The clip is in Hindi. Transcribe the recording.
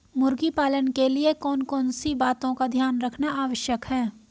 मुर्गी पालन के लिए कौन कौन सी बातों का ध्यान रखना आवश्यक है?